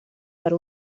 per